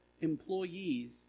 employees